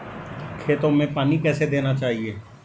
खेतों में पानी कैसे देना चाहिए?